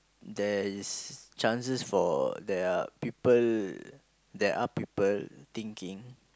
there is chances for there are people there are people thinking